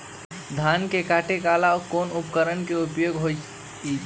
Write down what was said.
धान के काटे का ला कोंन उपकरण के उपयोग होइ छइ?